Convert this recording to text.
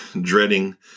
dreading